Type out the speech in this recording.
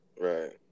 Right